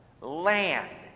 land